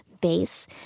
base